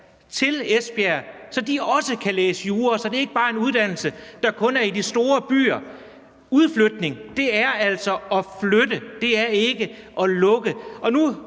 til Esbjerg, så de også kan læse jura, så det ikke bare er en uddannelse, der kun er i de store byer. Udflytning er altså at flytte; det er ikke at lukke.